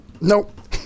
Nope